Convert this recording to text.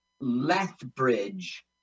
Lethbridge